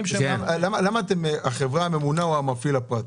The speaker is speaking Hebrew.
למה כתוב "החברה הממונה או המפעיל הפרטי"?